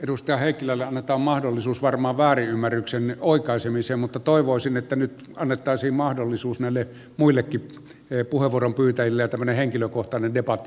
edustaja heikkilälle annetaan mahdollisuus varmaan väärinymmärryksen oikaisemiseen mutta toivoisin että nyt annettaisiin mahdollisuus näille muillekin puheenvuoron pyytäjille ja tämmöinen henkilökohtainen debatti jätettäisiin vähemmälle